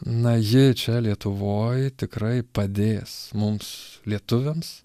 na ji čia lietuvoj tikrai padės mums lietuviams